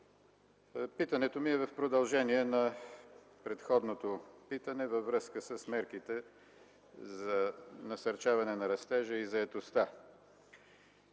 Питането ми е в продължение на предходното питане във връзка с мерките за насърчаване на растежа и заетостта.